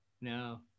no